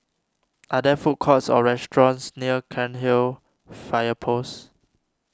are there food courts or restaurants near Cairnhill Fire Post